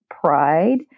pride